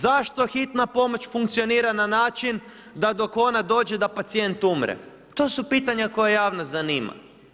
Zašto hitna pomoć funkcionira na način da dok ona dođe da pacijent umre, to su pitanja, koju javnost zanima.